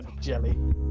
jelly